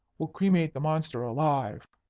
we'll cremate the monster alive!